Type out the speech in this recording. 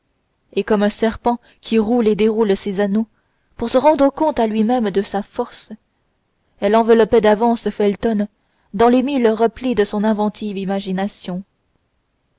et comme un serpent qui roule et déroule ses anneaux pour se rendre compte à lui-même de sa force elle enveloppait d'avance felton dans les mille replis de son inventive imagination